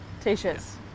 T-shirts